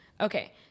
okay